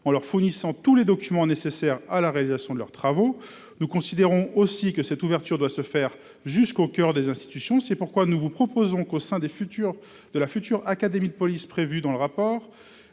en leur fournissant tous les documents nécessaires à la réalisation de leurs travaux. Nous considérons aussi que cette ouverture doit se faire jusqu'au coeur des institutions. C'est pourquoi nous vous proposons qu'au sein de la future académie de police prévue dans le rapport